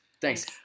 Thanks